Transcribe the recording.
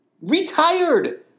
retired